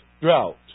drought